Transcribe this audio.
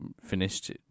finished